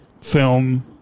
film